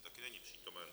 Také není přítomen.